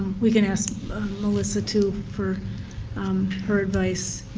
we can ask melissa, too, for um her advice.